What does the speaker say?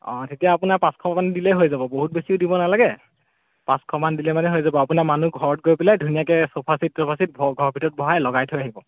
অঁ তেতিয়া আপোনাৰ পাঁচশমান দিলেই হৈ যাব বহুত বেছিও দিব নালাগে পাঁচশমান দিলে মানে হৈ যাব আপোনাৰ মানুহ ঘৰত গৈ পেলাই ধুনীয়াকৈ চোফা চেট তোফা চেট ঘৰ ঘৰৰ ভিতৰত ভৰাই লগাই থৈ আহিব